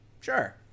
sure